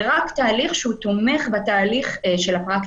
זה רק תהליך שהוא תומך בתהליך של הפרקטיקה.